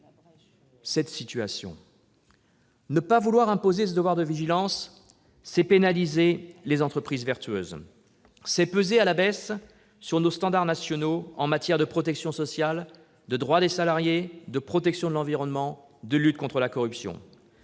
correct. Ne pas vouloir imposer ce devoir de vigilance, c'est pénaliser les entreprises vertueuses ; c'est peser à la baisse sur nos standards nationaux en matière de protection sociale, de droits des salariés, de protection de l'environnement, de lutte contre la corruption